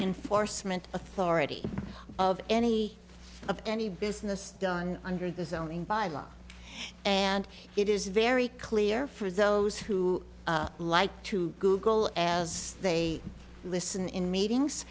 enforcement authority of any of any business done under the zoning by law and it is very clear for those who like to google as they listen in meetings